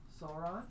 Sauron